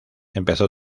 empezó